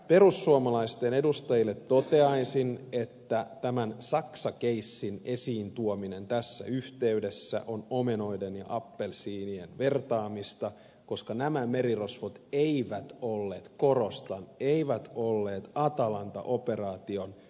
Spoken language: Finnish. perussuomalaisten edustajille toteaisin että tämän saksa casen esiintuominen tässä yhteydessä on omenoiden ja appelsiinien vertaamista koska nämä merirosvot eivät olleet korostan eivät olleet atalanta operaation pidättämiä